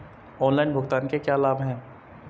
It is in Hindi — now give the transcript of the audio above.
ऑनलाइन भुगतान के क्या लाभ हैं?